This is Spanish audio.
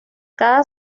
cada